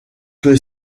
que